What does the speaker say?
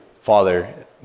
father